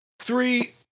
Three